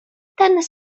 ten